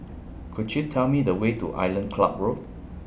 Could YOU Tell Me The Way to Island Club Road